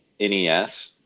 NES